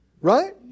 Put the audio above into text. Right